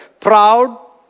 proud